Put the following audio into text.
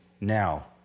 now